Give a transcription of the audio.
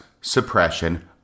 suppression